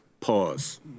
pause